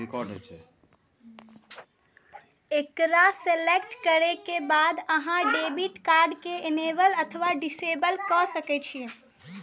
एकरा सेलेक्ट करै के बाद अहां डेबिट कार्ड कें इनेबल अथवा डिसेबल कए सकै छी